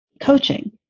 coaching